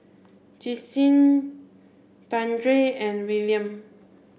Justyn Dandre and Willian